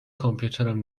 کامپیوترم